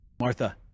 Martha